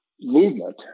movement